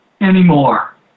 anymore